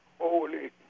holy